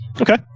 Okay